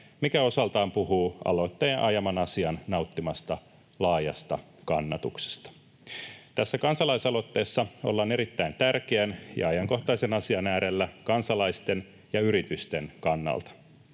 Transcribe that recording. mikä osaltaan puhuu aloitteen ajaman asian nauttimasta laajasta kannatuksesta. Tässä kansalaisaloitteessa ollaan erittäin tärkeän ja ajankohtaisen asian äärellä kansalaisten ja yritysten kannalta.